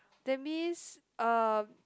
that means uh